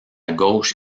gauche